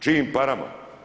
Čijim parama?